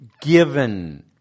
given